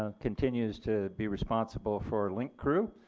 continues to be responsible for link crew.